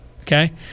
okay